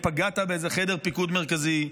אם פגעת באיזה חדר פיקוד מרכזי,